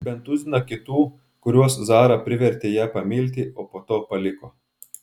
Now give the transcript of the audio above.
ir bent tuziną kitų kuriuos zara privertė ją pamilti o po to paliko